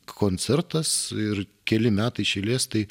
koncertas ir keli metai iš eilės tai